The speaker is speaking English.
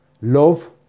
love